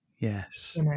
Yes